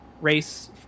race